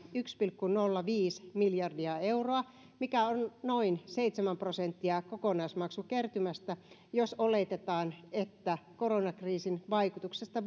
yksi pilkku nolla viisi miljardia euroa mikä on noin seitsemän prosenttia kokonaismaksukertymästä jos oletetaan että koronakriisin vaikutuksesta